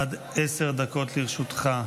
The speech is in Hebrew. עד עשר דקות לרשותך.